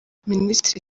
minisitiri